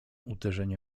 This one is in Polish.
uderzenie